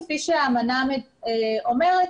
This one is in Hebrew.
כפי שהאמנה אומרת,